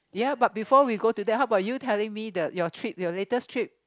ya but before we go to that how about you telling me the your trip your latest trip